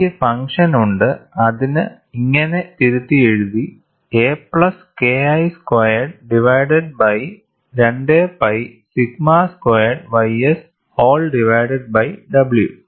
എനിക്ക് ഫംഗ്ഷൻ ഉണ്ട് അതിനെ ഇങ്ങനെ തിരുത്തിയെഴുതി a plus KI squared divided by 2 pi sigma squared ys whole divided by w